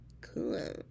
Cool